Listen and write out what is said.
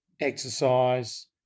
exercise